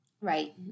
right